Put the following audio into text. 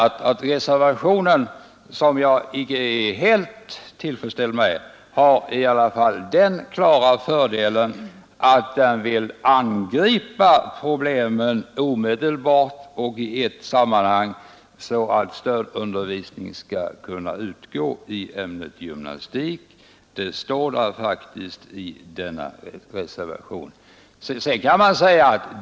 Reservationen, som jag icke är helt tillfredsställd med, har i alla fall den klara fördelen att reservanterna vill angripa problemen omedelbart och i ett sammanhang, så att stödundervisning skall kunna meddelas i ämnet gymnastik.